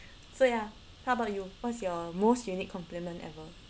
so ya how about you what's your most unique compliment ever